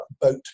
boat